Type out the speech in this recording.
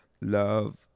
love